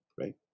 right